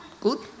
good